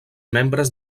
membres